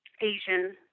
Asian